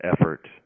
effort